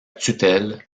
tutelle